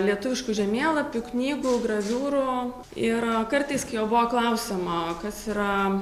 lietuviškų žemėlapių knygų graviūrų ir o kartais kai jo buvo klausiama o kas yra